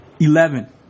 Eleven